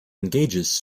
engages